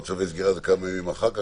צווי הסגירה זה אולי כמה ימים אחר כך,